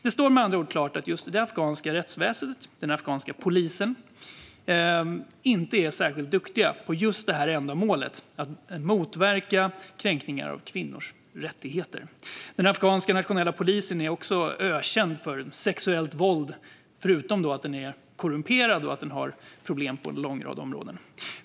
Det står med andra ord klart att just det afghanska rättsväsendet och den afghanska polisen inte är särskilt duktiga på just det här ändamålet: att motverka kränkningar av kvinnors rättigheter. Den afghanska nationella polisen är också ökänd för sexuellt våld, förutom att den är korrumperad och har problem på en lång rad områden.